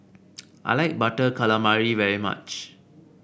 I like Butter Calamari very much